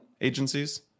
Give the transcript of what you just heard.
agencies